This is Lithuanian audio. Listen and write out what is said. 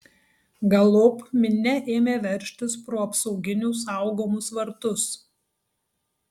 galop minia ėmė veržtis pro apsauginių saugomus vartus